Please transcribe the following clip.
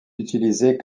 utilisée